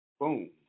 boom